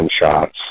gunshots